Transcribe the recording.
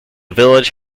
village